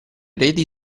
reti